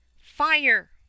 Fire